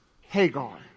Hagar